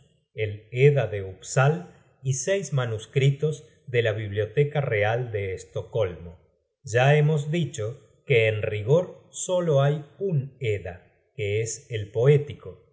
el edda de upsal y seis manuscritos de la biblioteca real de stockolmo ya hemos dicho que en rigor solo hay un edda que es el poético